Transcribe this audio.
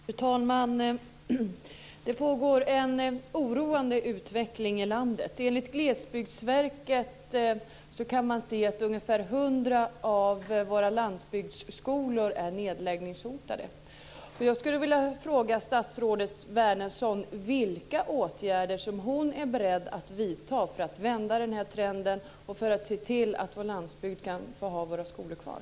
Fru talman! Det pågår en oroande utveckling i landet. Enligt Glesbygdsverket kan man se att ungefär hundra av våra landsbygdsskolor är nedläggningshotade. Jag skulle vilja fråga statsrådet Wärnersson vilka åtgärder som hon är beredd att vidta för att vända den här trenden och för att se till att vår landsbygd kan få ha sina skolor kvar.